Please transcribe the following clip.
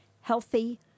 healthy